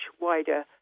wider